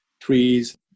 trees